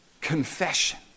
confession